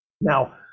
Now